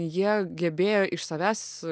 jie gebėjo iš savęs